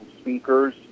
speakers